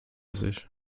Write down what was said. sich